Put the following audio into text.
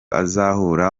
azahura